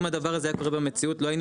אם הדבר הזה היה קורה במציאות לא היינו